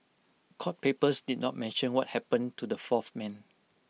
court papers did not mention what happened to the fourth man